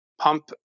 pump